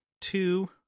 Two